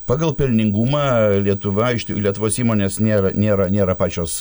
pagal pelningumą lietuva išt lietuvos įmonės nėra nėra nėra pačios